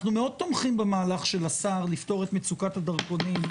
אנחנו מאוד תומכים במהלך של השר לפתור את מצוקת הדרכונים.